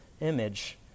image